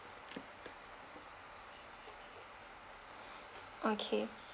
okay